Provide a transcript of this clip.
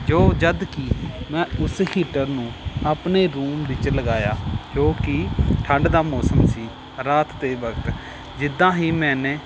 ਜੋ ਜਦੋਂ ਕਿ ਮੈਂ ਉਸ ਹੀਟਰ ਨੂੰ ਆਪਣੇ ਰੂਮ ਵਿੱਚ ਲਗਾਇਆ ਜੋ ਕਿ ਠੰਡ ਦਾ ਮੌਸਮ ਸੀ ਰਾਤ ਦੇ ਵਕਤ ਜਿੱਦਾਂ ਹੀ ਮੈਨੇ